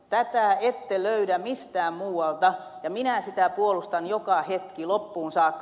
tätä ette löydä mistään muualta ja minä sitä puolustan joka hetki loppuun saakka